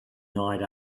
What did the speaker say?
night